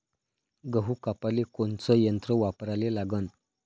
गहू कापाले कोनचं यंत्र वापराले लागन?